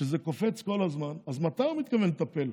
כאשר זה קופץ כל הזמן, אז מתי הוא מתכוון לטפל?